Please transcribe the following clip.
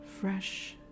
fresh